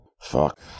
fuck